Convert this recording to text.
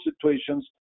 situations